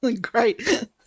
Great